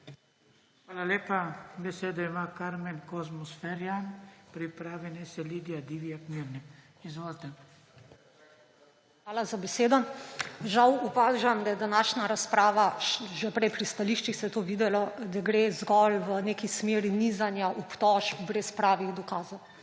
Hvala lepa. Besedo ima Karmen Kozmos Ferjan, pripravi naj se Lidija Divjak Mirnik. Izvolite. KARMEN KOZMOS FERJAN (PS SDS): Hvala za besedo. Žal opažam, da je današnja razprava, že prej pri stališčih se je to videlo, da gre zgolj v neki smeri nizanja obtožb brez pravih dokazov.